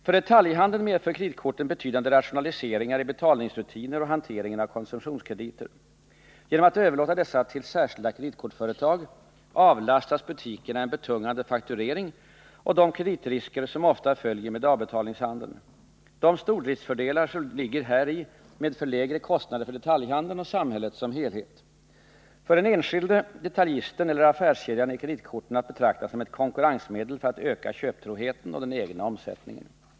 För detaljhandeln medför kreditkorten betydande rationaliseringar i betalningsrutiner och hanteringen av konsumtionskrediter. Genom att överlåta dessa till särskilda kreditkortsföretag avlastas butikerna en betungande fakturering och de kreditrisker som ofta följer med avbetalningshandeln. De stordriftsfördelar som ligger häri medför lägre kostnader för detaljhandeln och samhället som helhet. För den enskilde detaljisten eller affärskedjan är kreditkorten att betrakta som ett konkurrensmedel för att öka köptroheten och den egna omsättningen.